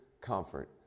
comfort